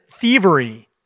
thievery